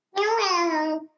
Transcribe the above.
Hello